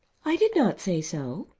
i did not say so.